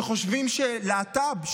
שחושבים שלהט"ב,